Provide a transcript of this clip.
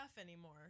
anymore